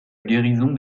guérison